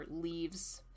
leaves